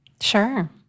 sure